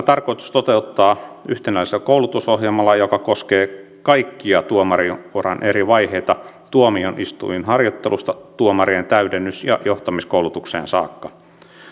tarkoitus toteuttaa yhtenäisellä koulutusohjelmalla joka koskee kaikkia tuomarinuran eri vaiheita tuomioistuinharjoittelusta tuomareiden täydennys ja johtamiskoulutukseen saakka